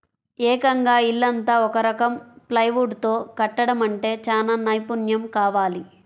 ఏకంగా ఇల్లంతా ఒక రకం ప్లైవుడ్ తో కట్టడమంటే చానా నైపున్నెం కావాలి